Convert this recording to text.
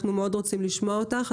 אנחנו מאוד רוצים לשמוע אותך.